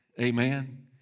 Amen